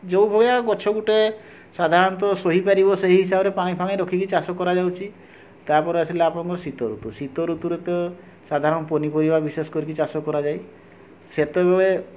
ଯେଉଁ ଭଳିଆ ଗଛ ଗୁଟେ ସାଧାରଣତଃ ସହିପରିବ ସେହି ହିସାବରେ ପାଣି ଫାଣି ରଖିକି ଚାଷ କରାଯାଇଛି ତାପରେ ଆସିଲା ଆପଣଙ୍କର ଶୀତ ଋତୁ ଶୀତ ଋତୁରେ ତ ସାଧାରଣତଃ ପନିପରିବ ବିଶେଷ କରି ଚାଷ କରାଯାଇ ସେତେବେଳେ